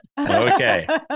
Okay